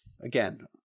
Again